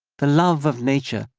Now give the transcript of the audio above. the love of nature,